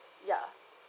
ya